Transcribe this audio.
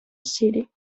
city